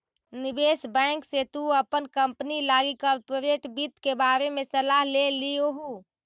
निवेश बैंक से तु अपन कंपनी लागी कॉर्पोरेट वित्त के बारे में सलाह ले लियहू